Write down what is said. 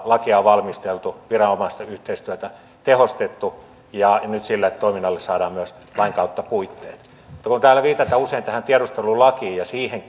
lakia on valmisteltu viranomaisten yhteistyötä tehostettu ja nyt sille toiminnalle saadaan myös lain kautta puitteet kun täällä viitataan usein tähän tiedustelulakiin ja